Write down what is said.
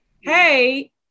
hey